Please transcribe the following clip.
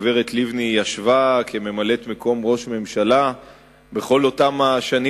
הגברת לבני ישבה כממלאת-מקום ראש ממשלה בכל אותן השנים